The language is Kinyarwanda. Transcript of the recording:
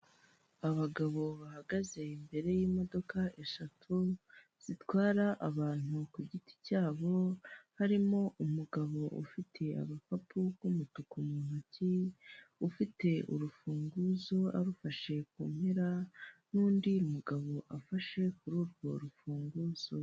Imodoka y'abapolisi, iri mu mbuga ngari yubatswe n'amapave iri imbere y'inzu y'amagorofa agera kuri atanu.